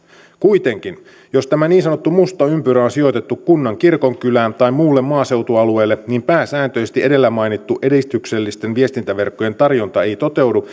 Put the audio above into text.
kuitenkin jos tämä niin sanottu musta ympyrä on sijoitettu kunnan kirkonkylään tai muulle maaseutualueelle niin pääsääntöisesti edellä mainittu edistyksellisten viestintäverkkojen tarjonta ei toteudu